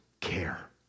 care